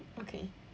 okay